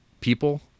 people